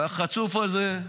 והחצוף הזה,